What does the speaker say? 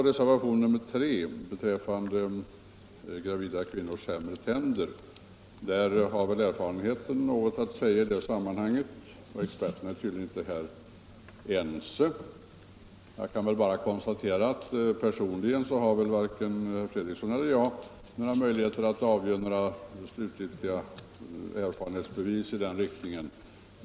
Reservationen 3 gäller gravida kvinnors sämre tänder. Erfarenheten har väl något att säga i det sammanhanget. Experterna är här tydligen inte ense. Jag kan bara konstatera att varken herr Fredriksson eller jag har några möjligheter att personligen redovisa slutgiltiga erfarenhetsbevis i den här frågan.